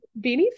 Beanie